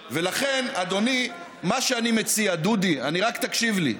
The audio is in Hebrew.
לכן, אדוני, מה שאני מציע, דודי, רק תקשיב לי,